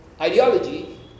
ideology